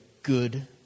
good